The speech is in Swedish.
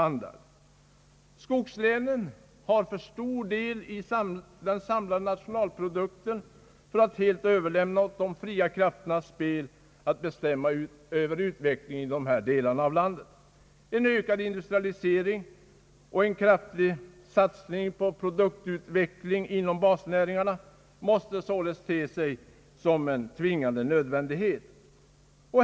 Skogslänen har för stor del i vår samlade nationalprodukt för att man skulle helt överlämna åt de fria krafternas spel att bestämma över utvecklingen i dessa delar av landet. En ökad industrialisering och en kraftig satsning på produktutveckling inom basnäringarna måste således te sig om en tvingande nödvändighet.